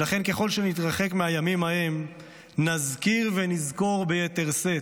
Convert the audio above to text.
ולכן ככל שנתרחק מהימים ההם נזכיר ונזכור ביתר שאת.